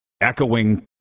echoing